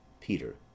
Peter